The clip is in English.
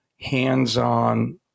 hands-on